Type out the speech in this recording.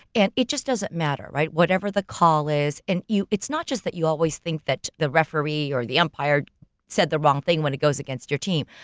and it just doesn't matter, right? whatever the call is. and it's not just that you always think that the referee or the umpire said the wrong thing when it goes against your team,